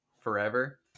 forever